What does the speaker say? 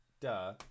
duh